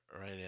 right